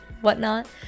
whatnot